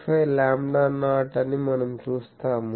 155 lambda naught అని మనం చూస్తాము